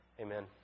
Amen